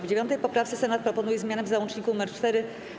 W 9. poprawce Senat proponuje zmianę w załączniku nr 4.